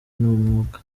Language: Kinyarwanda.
umwuka